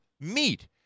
Meat